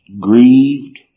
grieved